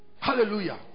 Hallelujah